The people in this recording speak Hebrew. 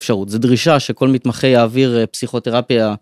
אפשרות, זו דרישה שכל מתמחה יעביר פסיכותרפיה.